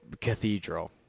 cathedral